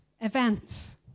events